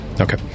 Okay